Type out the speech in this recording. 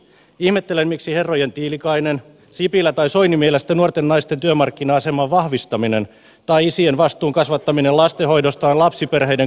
ihmettelen miksi herrojen tiilikainen sipilä ja soini mielestä nuorten naisten työmarkkina aseman vahvistaminen tai isien vastuu lastenhoidosta on lapsiperheiden kurittamista